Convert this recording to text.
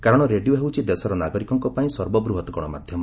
କାରଣ ରେଡିଓ ହେଉଛି ଦେଶର ନାଗରିକଙ୍କ ପାଇଁ ସର୍ବବୃହତ ଗଣମାଧ୍ୟମ